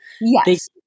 Yes